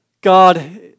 God